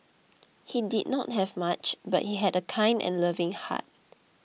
he did not have much but he had a kind and loving heart